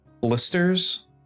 blisters